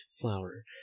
flower